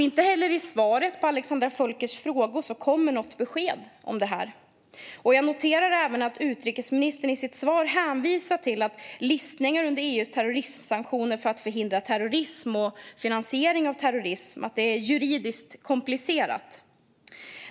Inte heller i svaret på Alexandra Völkers frågor kommer något besked om detta. Jag noterar även att utrikesministern i sitt svar hänvisar till att listningar under EU:s terrorismsanktioner för att förhindra terrorism och finansiering av terrorism är juridiskt komplicerade.